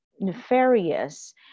nefarious